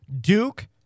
Duke